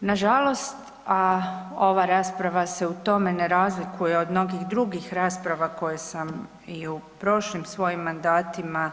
Na žalost a ova rasprava se u tome ne razlikuje od mnogih drugih rasprava koje sam i u prošlim svojim mandatima